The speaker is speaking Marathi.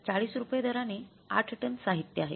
40 रुपये दराने आठ टन साहित्य आहे